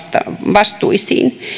vastuisiin